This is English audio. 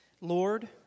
Lord